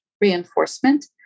reinforcement